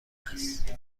است